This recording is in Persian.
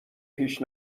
پیش